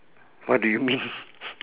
what do you mean